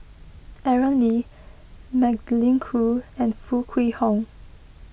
Aaron Lee Magdalene Khoo and Foo Kwee Horng